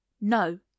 No